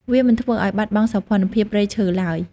វាមិនធ្វើឱ្យបាត់បង់សោភ័ណភាពព្រៃឈើឡើយ។